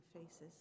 faces